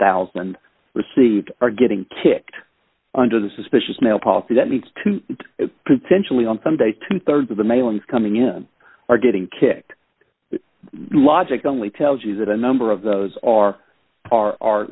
thousand received are getting kicked under the suspicious mail policy that needs to potentially on some day two thirds of the mailings coming in are getting kicked logic only tells you that a number of those are are